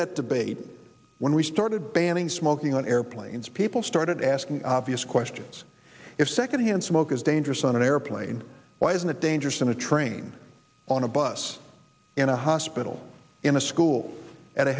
that debate when we started banning smoking on airplanes people started asking obvious questions if secondhand smoke is dangerous on an airplane why isn't that dangerous on a train on a bus in a hospital in a school at a